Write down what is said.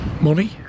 Money